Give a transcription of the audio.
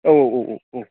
औ औ औ